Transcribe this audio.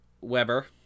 Weber